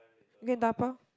we can dabao